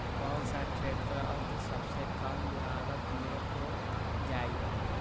कौन सा ट्रैक्टर अभी सबसे कम लागत में हो जाइ?